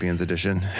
Edition